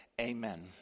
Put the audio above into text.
amen